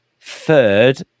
Third